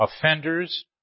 Offenders